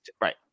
right